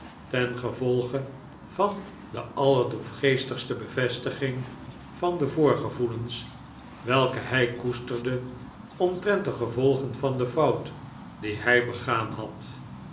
ten gevolge van de allerdroefgeestigste bevestiging van de voorgevoelens welke hij koesterde omtrent de gevolgen van de fout die hij begaan had